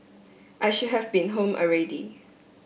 I should have been home already